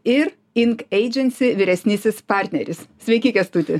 ir ink eidžensi vyresnysis partneris sveiki kęstuti